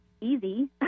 easy